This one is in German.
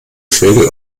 vögel